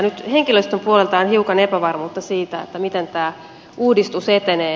nyt henkilöstön puolelta on hiukan epävarmuutta siitä miten tämä uudistus etenee